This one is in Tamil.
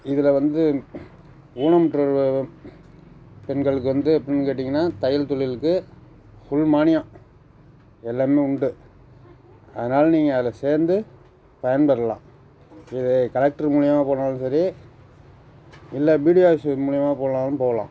இதில் வந்து ஊனமுற்றோர் வ வ பெண்களுக்கு வந்து எப்புடின்னு கேட்டிங்கன்னால் தையல் தொழிலுக்கு ஃபுல் மானியம் எல்லாமே உண்டு அதனால நீங்கள் அதில் சேர்ந்து பயன்பெறலாம் இது கலெக்ட்ரு மூலயமா போனாலும் சரி இல்லை பிடிஓ ஆபீஸு மூலயமா போனாலும் போகலாம்